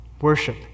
Worship